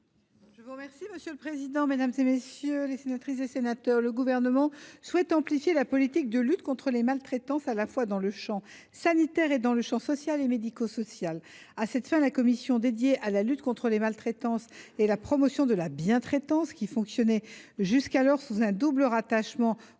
le Gouvernement, est ainsi libellé : La parole est à Mme la ministre. Le Gouvernement souhaite amplifier la politique de lutte contre les maltraitances, à la fois dans le champ sanitaire et dans le champ social et médico social. À cette fin, la commission dédiée à la lutte contre les maltraitances et à la promotion de la bientraitance, qui fonctionnait jusqu’alors sous un double rattachement